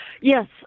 Yes